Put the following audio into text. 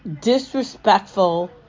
disrespectful